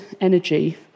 energy